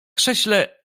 krześle